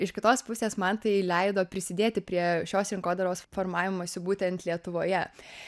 iš kitos pusės man tai leido prisidėti prie šios rinkodaros formavimosi būtent lietuvoje